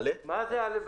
ד' -- מה זה א',